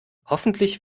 hoffentlich